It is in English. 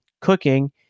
cooking